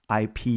IP